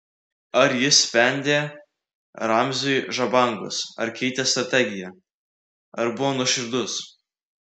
ar jis spendė ramziui žabangus ar keitė strategiją ar buvo nuoširdus